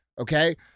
okay